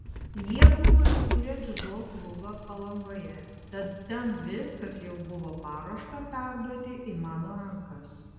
jie buvo įkūrę dziudo klubą palangoje tad ten viskas jau buvo paruošta perduoti į mano rankas